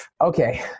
okay